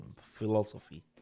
philosophy